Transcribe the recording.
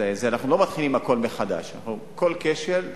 אנחנו לא מתחילים הכול מחדש אלא מטפלים בכל כשל.